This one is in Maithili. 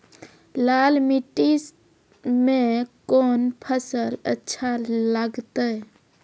लाल मिट्टी मे कोंन फसल अच्छा लगते?